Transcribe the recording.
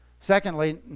Secondly